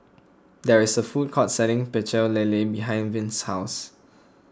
there is a food court selling Pecel Lele behind Vince's house